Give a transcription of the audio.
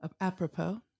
Apropos